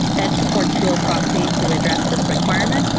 edge supports dual proxy to address this requirement,